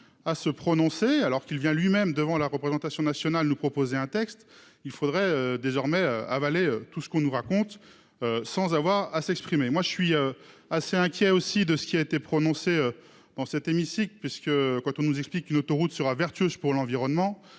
à se prononcer alors qu'il vient lui-même devant la représentation nationale nous proposer un texte, il faudrait désormais avaler tout ce qu'on nous raconte. Sans avoir à s'exprimer. Moi je suis assez inquiet aussi de ce qui a été prononcée dans cet hémicycle, puisque quand on nous explique une autoroute sera vertueuse pour l'environnement.